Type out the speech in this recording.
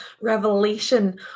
revelation